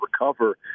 recover